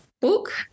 book